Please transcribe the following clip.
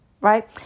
Right